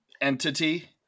entity